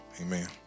amen